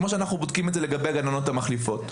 כמו שאנחנו בודקים את זה לגבי הגננות המחליפות.